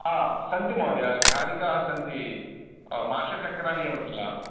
सन्ति महोदय घारीकाः सन्ति माषचक्राणि एव किल